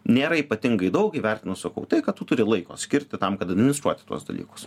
nėra ypatingai daug įvertinus sakau tai kad tu turi laiko skirti tam kad administruoti tuos dalykus